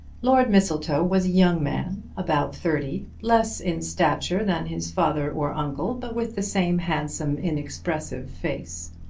lord mistletoe was a young man about thirty, less in stature than his father or uncle, but with the same handsome inexpressive face.